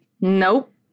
Nope